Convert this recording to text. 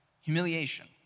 humiliation